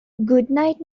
goodnight